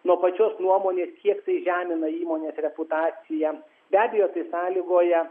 nuo pačios nuomonės kiek tai žemina įmonės reputaciją be abejo tai sąlygoja